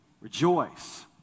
rejoice